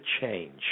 change